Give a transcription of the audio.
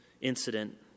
incident